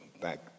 back